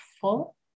full